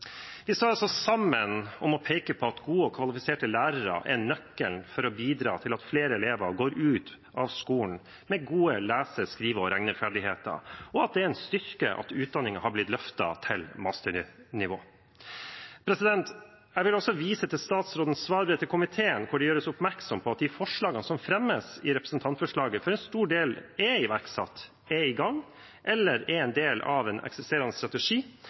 Vi står altså sammen om å peke på at gode og kvalifiserte lærere er nøkkelen til å bidra til at flere elever går ut av skolen med gode lese-, skrive- og regneferdigheter, og at det er en styrke at utdanningen har blitt løftet til masternivå. Jeg vil også vise til statsrådens svarbrev til komiteen, der det gjøres oppmerksom på at de forslagene som fremmes i representantforslaget, for en stor del er iverksatt, er i gang eller er en del av en eksisterende strategi,